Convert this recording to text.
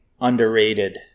underrated